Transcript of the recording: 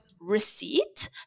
receipt